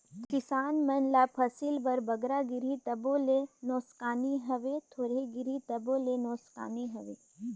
किसान मन ल फसिल बर बगरा गिरही तबो ले नोसकानी हवे, थोरहें गिरही तबो ले नोसकानी हवे